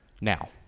Now